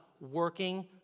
Working